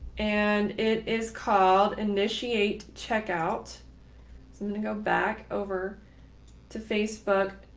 and it is called initiate. check out something to go back over to facebook,